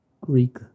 Greek